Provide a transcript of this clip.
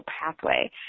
pathway